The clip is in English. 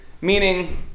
meaning